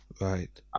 Right